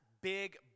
big